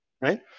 right